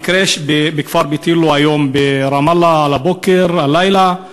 המקרה בכפר ביתילו היום ברמאללה, על הבוקר, הלילה,